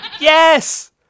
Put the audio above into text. Yes